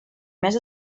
més